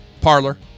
Parlor